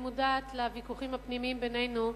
אני מודעת לוויכוחים הפנימיים בינינו: